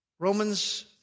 Romans